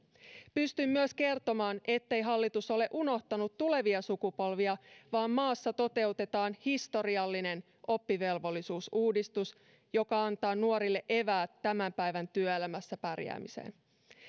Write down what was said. pystyn myös kertomaan ettei hallitus ole unohtanut tulevia sukupolvia vaan maassa toteutetaan historiallinen oppivelvollisuusuudistus joka antaa nuorille eväät tämän päivän työelämässä pärjäämiseen